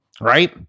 right